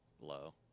low